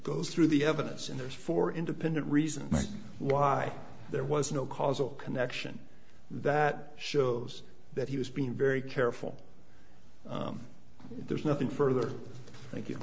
goes through the evidence and there's four independent reasons why there was no causal connection that shows that he was being very careful there's nothing further